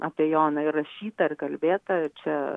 apie joną ir rašyta ir kalbėta čia